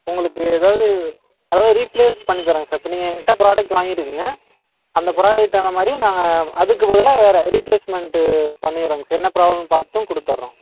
உங்களுக்கு ஏதாவது அதாவது ரீப்லேஸ் பண்ணித் தரேங்க சார் நீங்கள் என்கிட்ட ப்ராடக்ட்டு வாங்கிருக்கீங்க அந்த ப்ராடக்ட்டு தகுந்த மாதிரி நான் அதுக்குப் பதிலாக வேறு ரீப்லேஸ்மெண்ட்டு பண்ணிடறேங்க சார் என்ன ப்ராப்ளம்னு பார்த்தும் கொடுத்துட்றோம்